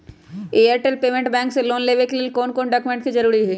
Airtel payments bank से loan लेवे के ले कौन कौन डॉक्यूमेंट जरुरी होइ?